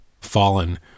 fallen